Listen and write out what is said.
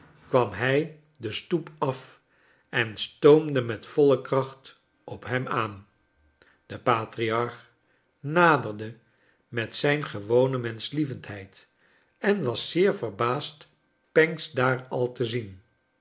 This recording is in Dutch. kwam hij de stoep af en stoomde met voile kracht op hem aan de patriarch naderde met zijn gewone menschlievendheid en was zeer verbaasd pancks daar al te zien